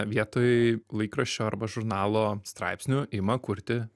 vietoj laikraščio arba žurnalo straipsnių ima kurti